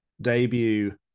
Debut